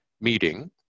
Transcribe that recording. meeting